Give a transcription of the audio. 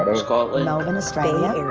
um scotland, melbourne, australia,